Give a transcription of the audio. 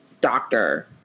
doctor